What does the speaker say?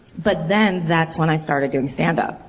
but then, that's when i started doing standup.